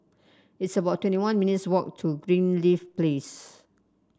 it's about twenty one minutes' walk to Greenleaf Place